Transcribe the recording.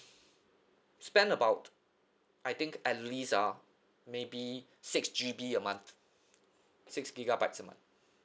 spend about I think at least ah maybe six G_B a month six gigabytes a month